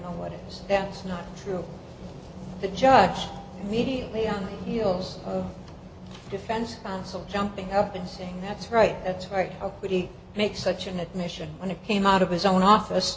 know what it is that's not true the job mediately on heels of defense counsel jumping up and saying that's right that's right how would he make such an admission when it came out of his own office